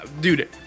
dude